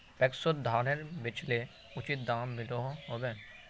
पैक्सोत धानेर बेचले उचित दाम मिलोहो होबे?